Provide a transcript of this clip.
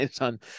on